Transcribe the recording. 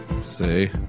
See